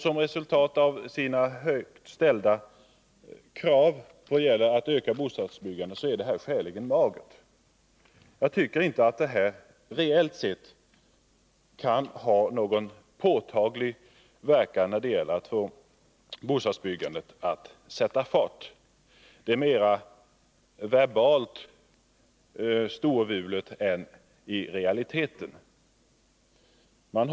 Som resultat av deras högt ställda krav i fråga om att öka bostadsbyggandet är det skäligen magert. Jag tycker inte att detta kan ha någon påtaglig verkan när det gäller att få bostadsbyggandet att sätta fart. Det är mera verbalt storvulet än realistiskt.